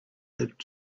that